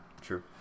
True